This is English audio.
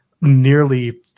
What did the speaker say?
nearly